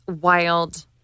wild